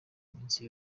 iminsi